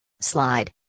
Slide